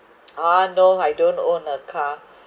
ah no I don't own a car